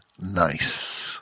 nice